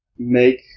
make